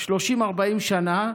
30 40 שנה,